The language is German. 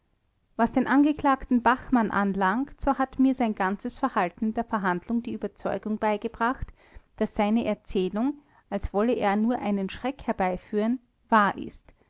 was den angeklagten bachmann anlangt so hat mir sein ganzes verhalten in der verhandlung die überzeugung beigebracht daß seine erzählung als wollte er nur einen schreck herbeiführen wahr ist